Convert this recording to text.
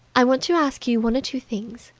i want to ask you one or two things.